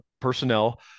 personnel